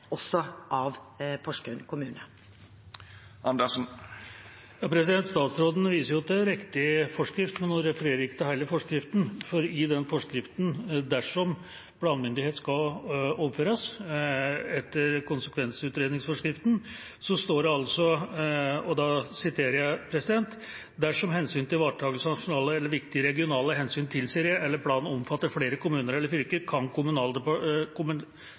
også av Porsgrunn kommune. Statsråden viser til riktig forskrift, men hun refererer ikke til hele forskriften, for i konsekvensutredningsforskriften står det altså, dersom planmyndighet skal overføres: «Kommunal- og moderniseringsdepartementet kan i samråd med berørte myndigheter bestemme at en annen myndighet enn den som følger av forskriften skal være ansvarlig myndighet for planer etter plan- og bygningsloven dersom hensynet til nasjonale eller viktige regionale hensyn tilsier det, eller planen omfatter flere kommuner eller fylker.»